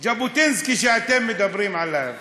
ז'בוטינסקי שאתם מדברים עליו